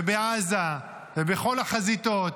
בעזה ובכל החזיתות.